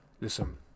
Listen